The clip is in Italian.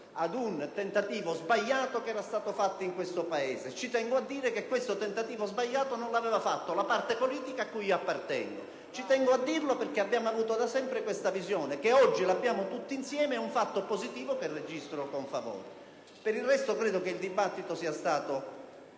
ad un tentativo sbagliato che era stato fatto in questo Paese. Tengo a dire che questo tentativo sbagliato non l'aveva fatto la parte politica a cui appartengo; tengo a dirlo perché abbiamo avuto da sempre questa visione e averla oggi tutti insieme è un fatto positivo che registro con favore. Per il resto, credo che il dibattito sia stato